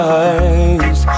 eyes